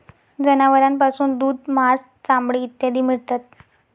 जनावरांपासून दूध, मांस, चामडे इत्यादी मिळतात